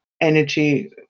energy